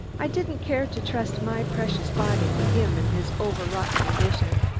i didn't care to trust my precious body to him in his overwrought condition.